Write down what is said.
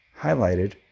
highlighted